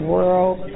World